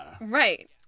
Right